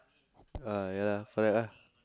uh ya lah correct ah